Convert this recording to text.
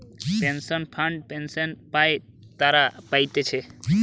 pension fund pension পাই তারা পাতিছে